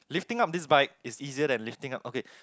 lifting up this bike is easier than lifting up okay